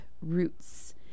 Roots